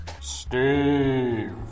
Steve